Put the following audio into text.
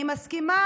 אני מסכימה